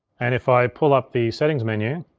and if i pull up the settings menu,